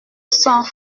cent